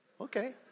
okay